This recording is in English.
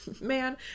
man